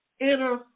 Inner